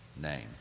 name